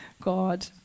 God